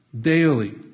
Daily